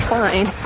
fine